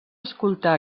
escoltar